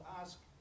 ask